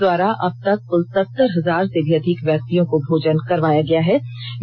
जिला पुलिस द्वारा अब तक कुल सत्तर हजार से भी अधिक व्यक्तियों को भोजन करवाया गया है